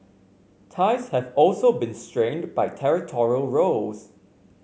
ties have also been strained by territorial rows